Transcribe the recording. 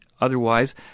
otherwise